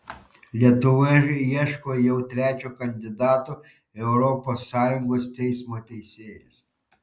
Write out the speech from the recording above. lietuva ieško jau trečio kandidato į europos sąjungos teismo teisėjus